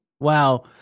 Wow